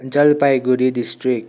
Jalpaiguri district